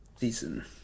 season